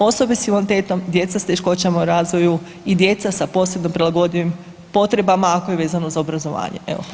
Osobe s invaliditetom, djeca s teškoćama u razvoju i djeca sa posebno prilagodljivim potrebama ako je vezano za obrazovanje.